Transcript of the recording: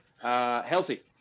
Healthy